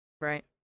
Right